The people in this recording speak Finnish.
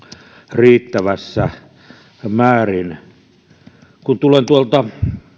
riittävässä määrin kun tulen tuolta